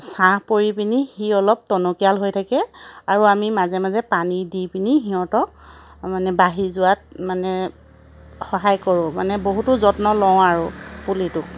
ছাঁ পৰি পিনি সি অলপ টনকিয়াল হৈ থাকে আৰু আমি মাজে মাজে পানী দি পিনি সিহঁতক মানে বাঢ়ি যোৱাত মানে সহায় কৰোঁ মানে বহুতো যত্ন লওঁ আৰু পুলিটোক